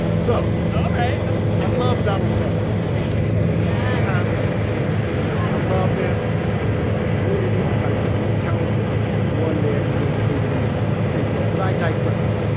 so. all right. ok i love donald glover aka. yeah yes. childish gambino. i loved him when he was on community. i thought he was the most talented yeah one there even though they didn't give him a big role. but i digress.